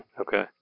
Okay